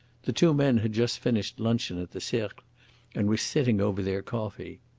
the two men had just finished luncheon at the cercle and were sitting over their coffee.